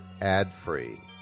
ad-free